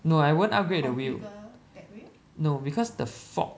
no I won't upgrade the wheel no because the fork